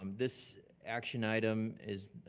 um this action item is,